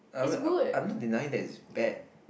I'm I'm not denying that it's bad